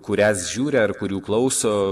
kurias žiūri ar kurių klauso